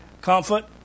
comfort